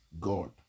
God